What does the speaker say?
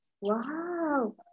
Wow